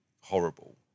horrible